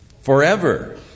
forever